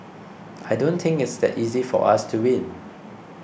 I don't think it's that easy for us to win